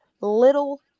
little